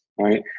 right